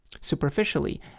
Superficially